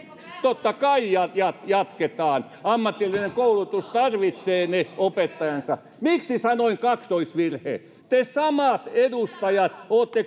totta kai jatketaan ammatillinen koulutus tarvitsee ne opettajansa miksi sanoin kaksoisvirhe te samat edustajat olette